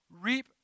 reap